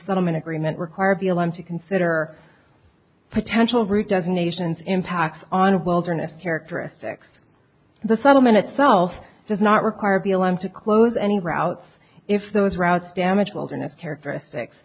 settlement agreement require b l m to consider potential route doesn't nations impacts on wilderness characteristics the settlement itself does not require b l m to close any routes if those routes damage wilderness characteristics